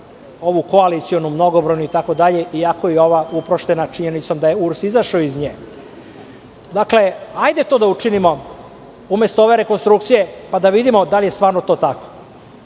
ovu koalicionu, mnogobrojnu itd, iako je ova uprošćena činjenicom da je URS izašao iz nje. Dakle, hajde to da učinimo umesto ove rekonstrukcije, pa da vidimo da li je stvarno to tako.